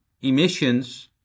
emissions